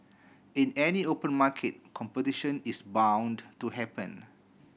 in any open market competition is bound to happen